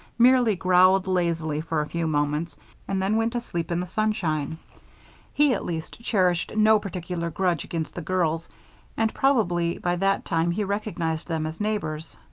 merely growled lazily for a few moments and then went to sleep in the sunshine he, at least, cherished no particular grudge against the girls and probably by that time he recognized them as neighbors.